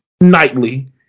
nightly